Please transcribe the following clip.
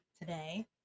today